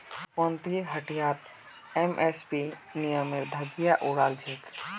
पीरपैंती हटियात एम.एस.पी नियमेर धज्जियां उड़ाई छेक